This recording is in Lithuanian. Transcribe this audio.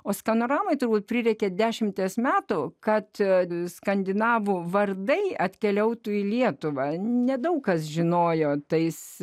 o skanoramai turbūt prireikė dešimties metų kad skandinavų vardai atkeliautų į lietuvą nedaug kas žinojo tais